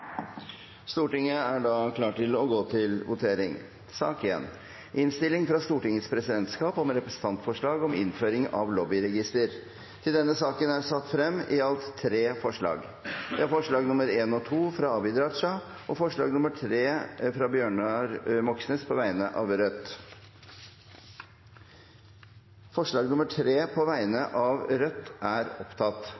Stortinget er da klar til å gå til votering. Under debatten er det satt frem i alt tre forslag. Det er forslagene nr. 1 og 2, fra Abid Q. Raja forslag nr. 3, fra Bjørnar Moxnes på vegne av Rødt Det voteres først over forslag